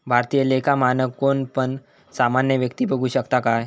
भारतीय लेखा मानक कोण पण सामान्य व्यक्ती बघु शकता काय?